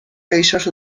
peixos